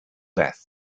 death